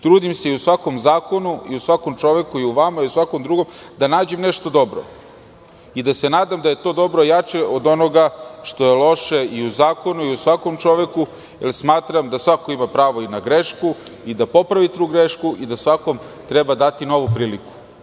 Trudim se da u svakom zakonu, svakom čoveku, vama, i u svakom drugom da nađem nešto dobro i da se nadam da je to dobro jače od onoga što je loše u zakonu, svakom čoveku, jer smatram da svako ima pravo na grešku, da popravi tu grešku i da svakom treba dati novu priliku.